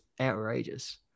outrageous